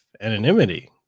anonymity